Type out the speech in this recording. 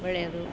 ಒಳ್ಳೇದು